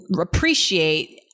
appreciate